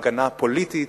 הגנה פוליטית,